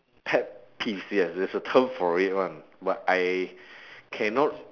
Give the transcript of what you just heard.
pet peeve yes there's a term for it [one] but I cannot